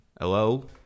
Hello